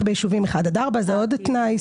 ביישובים של דירוג סוציו-אקונומי 4-1 זה עוד תנאי.